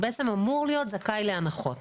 הוא למעשה אמור להיות זכאי להנחות.